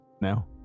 now